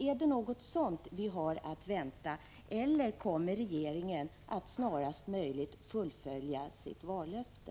Är det något sådant vi har att vänta eller kommer regeringen att snarast möjligt fullfölja sitt vallöfte?